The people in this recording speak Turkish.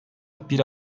bir